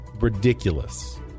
ridiculous